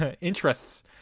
interests